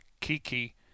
Kiki